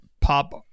pop